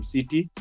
City